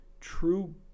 true